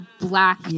black